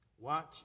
watch